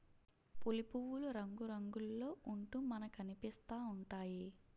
పులి పువ్వులు రంగురంగుల్లో ఉంటూ మనకనిపిస్తా ఉంటాయి